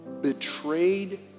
betrayed